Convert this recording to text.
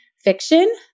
fiction